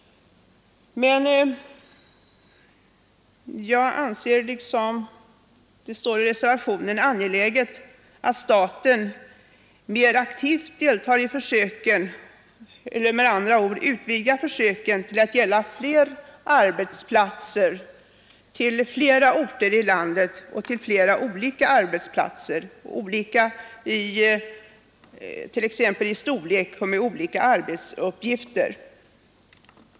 Men jag anser, liksom det står i reservationen, angeläget att staten mer aktivt deltar i försöken. Detta innebär med andra ord att man utvidgar försöken till att gälla fler arbetsplatser, på flera orter i landet och på arbetsplatser av olika storlek och med olika arbetsuppgifter.